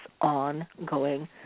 ongoing